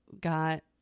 got